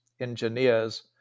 engineers